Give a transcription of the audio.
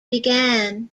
began